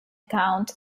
account